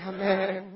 Amen